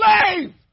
slave